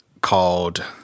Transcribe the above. called